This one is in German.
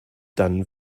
dann